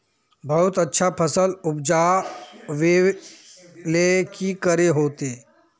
बहुत अच्छा फसल उपजावेले की करे होते?